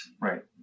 right